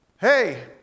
Hey